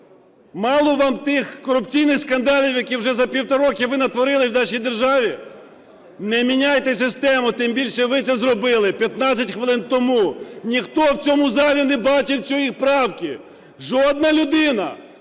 Мало вам тих корупційних скандалів, які вже за півтора роки ви натворили в нашій державі? Не міняйте систему, тим більше, ви це зробили 15 хвилин тому. Ніхто в цьому залі не бачив цієї правки, жодна людина.